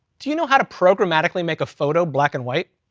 do you know how to programmatically make a photo black and white?